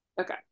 okay